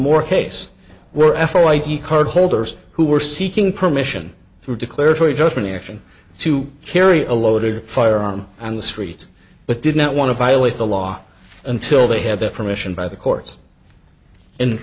more case were f l id card holders who were seeking permission through declaratory judgment action to carry a loaded firearm on the street but did not want to violate the law until they had their permission by the courts and